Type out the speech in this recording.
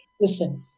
listen